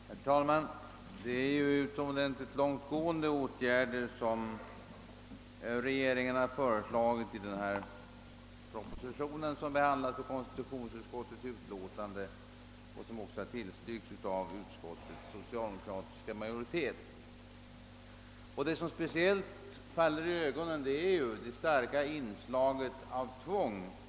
Herr talman! Det är rätt långtgående åtgärder som regeringen har föreslagit i den proposition som behandlas i konstitutionsutskottets utlåtande och som har tillstyrkts av utskottets socialdemokratiska majoritet. Det som faller i ögonen är det starka inslaget av tvång.